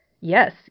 Yes